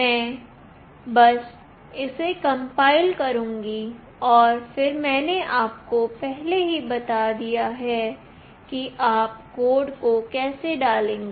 मैं बस इसे कंपाइल करूंगी और फिर मैंने आपको पहले ही बता दिया है कि आप कोड को कैसे डालेंगे